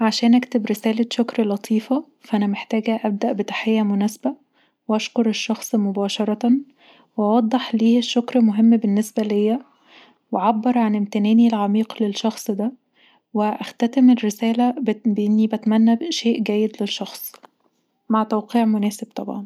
عشان اكتب رسالة شكر لطيفه فأنا محتاجه ابدأ بتحيه مناسبه واشكر الشخص مباشرة واوضح ليه الشكر مهم بالنسبه ليا واعبر عن امتناني العميق للشخص ده واختتم الرساله بإني بتمني شئ جيد للشخص مع توقيع مناسب طبعا